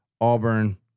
Auburn